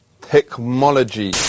technology